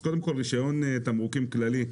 אז קודם כל רישיון תמרוקים כללי,